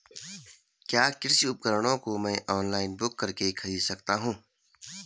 क्या कृषि उपकरणों को मैं ऑनलाइन बुक करके खरीद सकता हूँ?